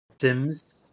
Sims